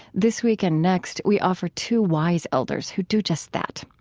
this week and next, we offer two wise elders who do just that.